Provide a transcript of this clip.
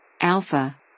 Alpha